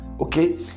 okay